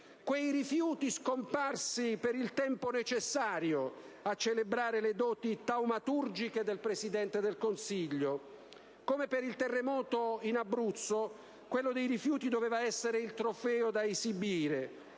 quei rifiuti scomparsi per il tempo necessario a celebrare le doti taumaturgiche del Presidente del Consiglio. Come per il terremoto in Abruzzo, quello dei rifiuti doveva essere il trofeo da esibire: